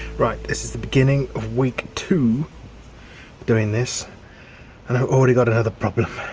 right, this is the beginning of week two doing this and i've already got another problem.